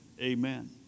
amen